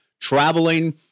traveling